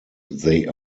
they